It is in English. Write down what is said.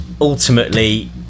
ultimately